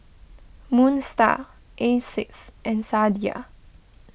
Moon Star Asics and Sadia